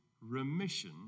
remission